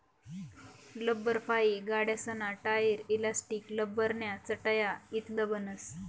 लब्बरफाइ गाड्यासना tyre, elastic, लब्बरन्या चटया इतलं बनस